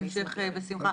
בשמחה.